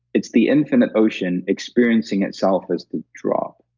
it's the infinite ocean experiencing itself as the drop.